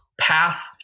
path